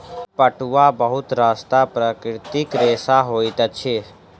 पटुआ बहुत सस्ता प्राकृतिक रेशा होइत अछि